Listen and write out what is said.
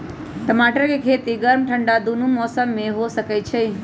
टमाटर के खेती गर्म ठंडा दूनो मौसम में हो सकै छइ